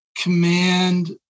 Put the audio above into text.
command